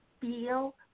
feel